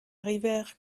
rivière